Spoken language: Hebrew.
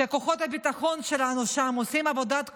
שכוחות הביטחון שלנו שם עושים עבודת קודש,